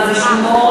אולי תשמרי